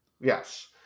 Yes